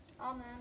Amen